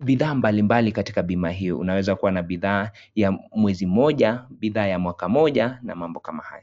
bidhaa mbalimbali katika bima hiyo unaweza kuwa na bidhaa ya mwezi moja bidhaa ya mwaka moja na mambo kama hayo.